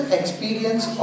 experience